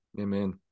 Amen